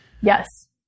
Yes